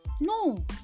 No